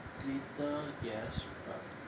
glitter yes but